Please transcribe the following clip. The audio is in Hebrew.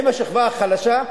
האם השכבה החלשה,